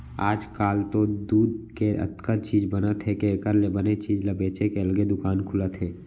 आजकाल तो दूद के अतका चीज बनत हे के एकर ले बने चीज ल बेचे के अलगे दुकान खुलत हे